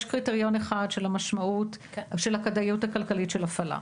יש קריטריון אחד של הכדאיות הכלכלית של הפעלה,